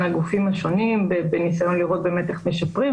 הגופים השונים בניסיון לראות איך משפרים,